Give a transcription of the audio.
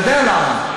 אתה יודע למה?